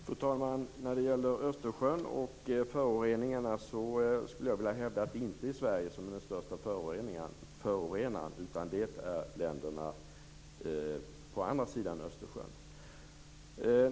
Fru talman! När det gäller Östersjön och föroreningarna skulle jag vilja hävda att det inte är Sverige som är den största förorenaren, utan det är länderna på andra sidan Östersjön.